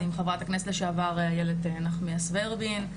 עם חברת הכנסת לשעבר איילת נחמיאס ורבין.